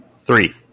Three